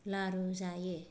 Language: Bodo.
लारु जायो